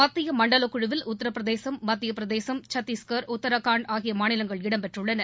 மத்திய மண்டல குழுவில் உத்தரப் பிரதேசம் மத்தியப் பிரதேசம் சத்தீஷ்கர் உத்தராகண்ட் ஆகிய மாநிலங்கள் இடம் பெற்றுள்ளன